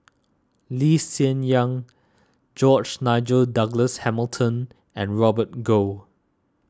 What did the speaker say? Lee Hsien Yang George Nigel Douglas Hamilton and Robert Goh